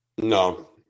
No